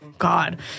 God